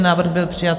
Návrh byl přijat.